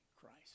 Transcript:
Christ